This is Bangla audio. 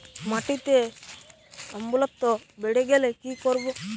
মাটিতে অম্লত্ব বেড়েগেলে কি করব?